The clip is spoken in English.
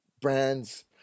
Brands